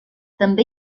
també